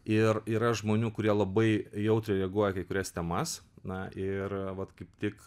ir yra žmonių kurie labai jautriai reaguoja į kai kurias temas na ir vat kaip tik